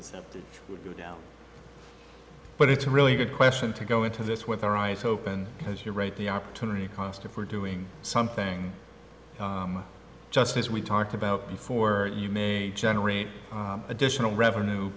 to go down but it's a really good question to go into this with our eyes open because you're right the opportunity cost if we're doing something just as we talked about before you may generate additional revenue